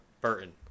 Burton